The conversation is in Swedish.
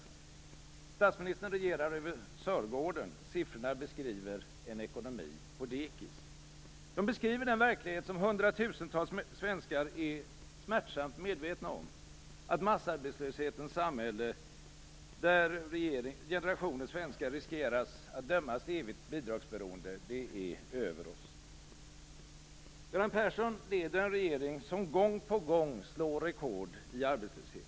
Statsministern regerar över Sörgården. Siffrorna beskriver en ekonomi på dekis. De beskriver den verklighet som hundratusentals svenskar är smärtsamt medvetna om, nämligen att massarbetslöshetens samhälle, där generationer svenskar riskerar att dömas till evigt bidragsberoende, är över oss. Göran Persson leder en regering som gång på gång slår rekord i arbetslöshet.